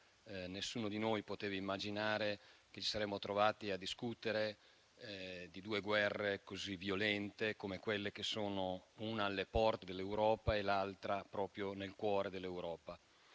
Nessuno di noi poteva immaginare che ci saremmo trovati a discutere di due guerre così violente come quelle che sono una alle porte dell'Europa e l'altra proprio nel cuore dell'Europa.